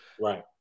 Right